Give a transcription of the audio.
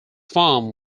farm